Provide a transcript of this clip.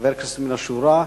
חבר כנסת מן השורה,